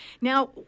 Now